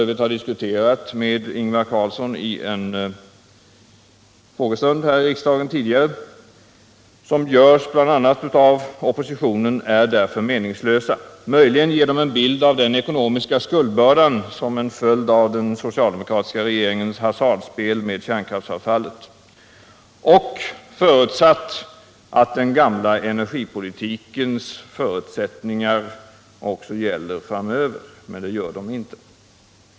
ö. tidigare diskuterat saken med Ingvar Carlsson vid en frågestund här i riksdagen. Möjligen återspeglar de fantasifulla beräkningarna den ekonomiska skuldbörda som blivit en följd av den socialdemokratiska regeringens hasardspel med kärnkraftsavfall. En förutsättning är också att den gamla energipolitikens förutsättningar gäller framöver, men det gör de inte.